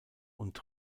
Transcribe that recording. und